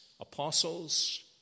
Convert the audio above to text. apostles